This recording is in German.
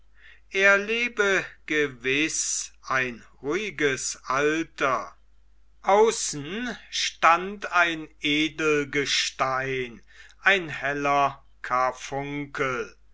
er lebe gewiß ein ruhiges alter außen stand ein edelgestein ein heller karfunkel